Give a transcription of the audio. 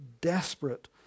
desperate